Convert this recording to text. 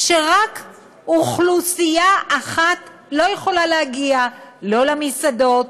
רק אוכלוסייה אחת לא יכולה להגיע לא למסעדות,